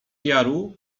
jaru